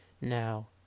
Now